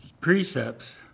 precepts